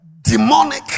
demonic